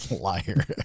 Liar